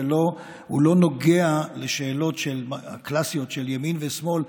שלא נוגע לשאלות הקלאסיות של ימין ושמאל,